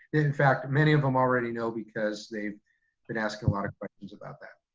in fact, many of them already know because they've been asking a lot of questions about that.